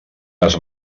les